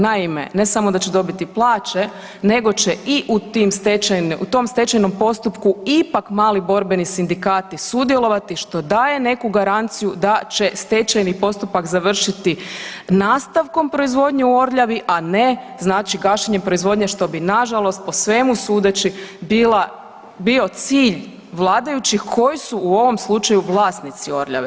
Naime, ne samo da će dobiti plaće nego će i u tom stečajnom postupku ipak mali borbeni sindikati sudjelovati što daje neku garanciju da će stečajni postupak završiti nastavkom proizvodnje u Orljavi, a ne, znači gašenje proizvodnje, što bi nažalost po svemu sudeći, bio cilj vladajućih, koji su u ovom slučaju vlasnici Orljave.